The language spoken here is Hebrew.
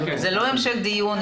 זה לא המשך דיון,